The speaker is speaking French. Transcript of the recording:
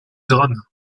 drame